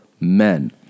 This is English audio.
men